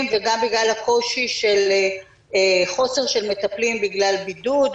וגם בגלל הקושי של חוסר של מטפלים בגלל בידוד,